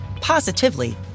positively